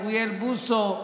אוריאל בוסו,